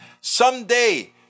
someday